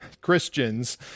Christians